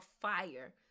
fire